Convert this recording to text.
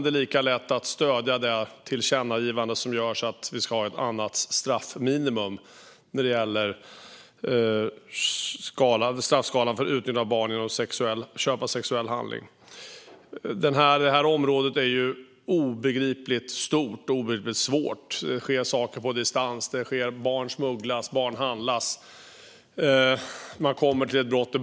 Det är lika lätt att stödja det tillkännagivande som görs om vi ska ha ett annat straffminimum för utnyttjande av barn genom köp av sexuell handling. Det här området är obegripligt stort och obegripligt svårt. Det sker saker på distans, barn smugglas och barn handlas.